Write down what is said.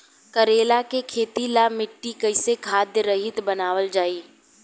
करेला के खेती ला मिट्टी कइसे खाद्य रहित बनावल जाई?